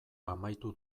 amaitu